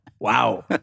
wow